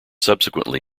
subsequently